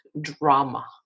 drama